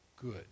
good